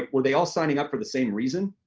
were they all signing up for the same reason?